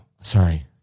Sorry